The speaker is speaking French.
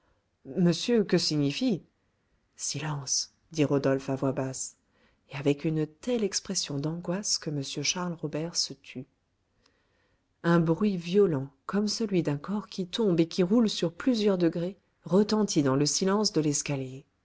monsieur que signifie silence dit rodolphe à voix basse et avec une telle expression d'angoisse que m charles robert se tut un bruit violent comme celui d'un corps qui tombe et qui roule sur plusieurs degrés retentit dans le silence de l'escalier